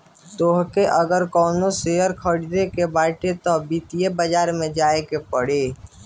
तोहके अगर कवनो शेयर खरीदे के बाटे तअ वित्तीय बाजार में जाए के पड़ी